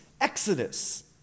exodus